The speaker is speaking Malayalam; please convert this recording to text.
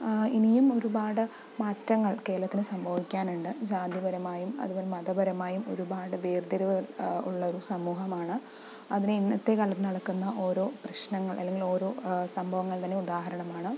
ഇനിയും ഒരുപാട് മാറ്റങ്ങൾ കേരളത്തിന് സംഭവിക്കാൻ ഉണ്ട് ജാതിപരമായും അതുപോലെ മതപരമായും ഒരുപാട് വേർതിരിവുകൾ ഉള്ള ഒരു സമൂഹമാണ് അതിനെ ഇന്നത്തെ കാലത്ത് നടക്കുന്ന ഓരോ പ്രശ്നങ്ങൾ അല്ലെങ്കിൽ ഓരോ സംഭവങ്ങൾ തന്നെ ഉദാഹരണമാണ്